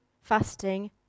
fasting